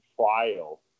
trial